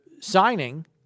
signing